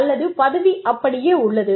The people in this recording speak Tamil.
அல்லது பதவி அப்படியே உள்ளது